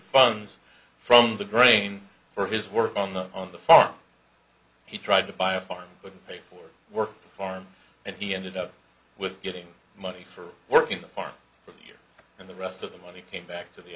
funds from the grain for his work on the farm he tried to buy a farm with pay for work farm and he ended up with getting money for working the farm for a year and the rest of the money came back to the